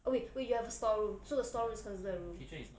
wait wait you have a storeroom so the storeroom is considered a room